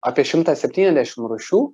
apie šimtą septyniasdešim rūšių